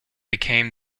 became